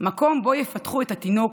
מקום בו יפתחו את התינוק,